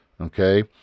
okay